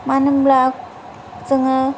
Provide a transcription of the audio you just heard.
मानोहोनब्ला जोङो